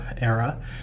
era